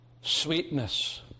sweetness